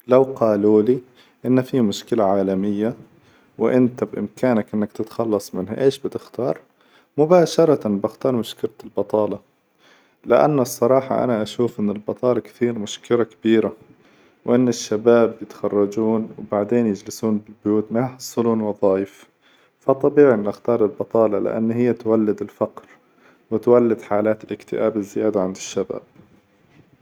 لو قالوا لي إن في مشكلة عالمية وإنت بإمكانك إنك تتخلص منها إيش بتختار؟ مباشرة باختار مشكلة البطالة لأن الصراحة أنا أشوف إن البطالة كثير مشكلة كبيرة، وإن الشباب يتخرجون وبعدين يجلسون بالبيوت وما يحصلون وظائف، فطبيعي اختار البطالة، لأن هي تولد الفقر وتولد حالات اكتئاب الزيادة عند الشباب.